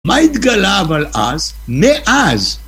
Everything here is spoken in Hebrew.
מה התגלה אבל אז? מאז...